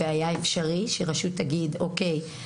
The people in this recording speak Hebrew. היה אפשרי שרשות תגיד: "אוקיי,